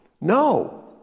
no